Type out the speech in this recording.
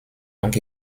donc